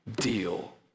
deal